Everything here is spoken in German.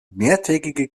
mehrtägige